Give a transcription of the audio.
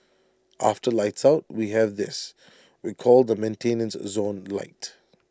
after lights out we have this we call the maintenance zone light